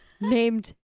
named